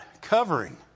covering